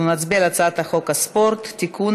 אנחנו נצביע על הצעת חוק הספורט (תיקון,